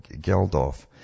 Geldof